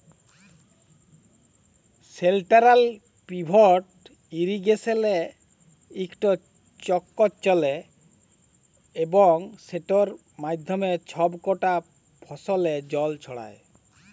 central pivot ইরিগেসলে ইকট চক্কর চলে এবং সেটর মাধ্যমে ছব কটা ফসলে জল ছড়ায়